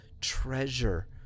treasure